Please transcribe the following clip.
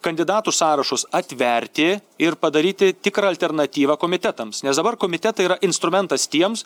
kandidatų sąrašus atverti ir padaryti tikrą alternatyvą komitetams nes dabar komitetai yra instrumentas tiems